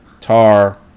Tar